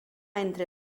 entre